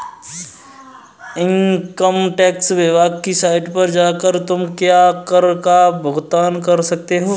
income tax विभाग की site पर जाकर तुम कर का भुगतान कर सकते हो